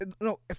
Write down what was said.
no